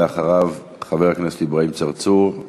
אחריו, חבר הכנסת אברהים צרצור,